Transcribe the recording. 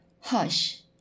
Hush